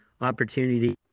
opportunity